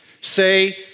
Say